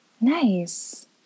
nice